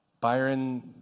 Byron